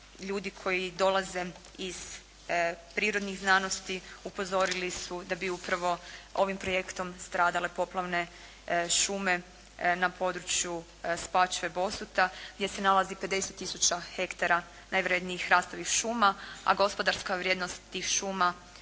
Ljudi koji dolaze iz prirodnih znanosti upozorili su da bi upravo ovim projektom stradale poplavne šume na području Spačve, Bosuta gdje se nalazi 50000 ha najvrednijih hrastovih šuma, a gospodarska vrijednost tih šuma